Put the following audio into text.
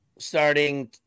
Starting